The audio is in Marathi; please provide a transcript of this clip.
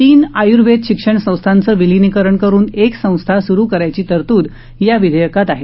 तीन आयूर्वेद शिक्षण संस्थांचं विलीनीकरण करुन एक संस्था सुरू करण्याची तरतूद या विधेयकात आहे